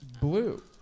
Blue